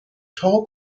tall